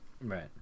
Right